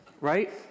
right